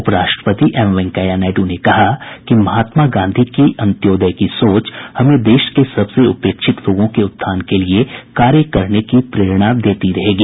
उप राष्ट्रपति एम वेंकैया नायडु ने कहा कि महात्मा गांधी की अंत्योदय की सोच हमें देश के सबसे उपेक्षित लोगों के उत्थान के लिए कार्य करने की प्रेरणा देती रहेगी